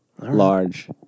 Large